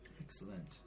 Excellent